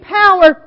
power